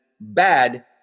bad